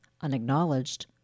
unacknowledged